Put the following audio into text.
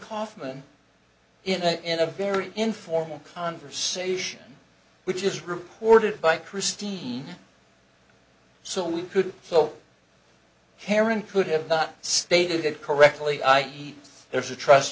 kaufman in a very informal conversation which is reported by christine so we could so karen could have not stated it correctly i e there's a trust